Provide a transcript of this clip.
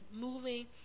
moving